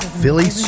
Philly